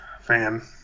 fan